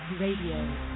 Radio